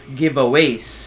giveaways